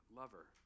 lover